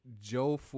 Joe